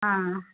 ஆ